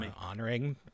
honoring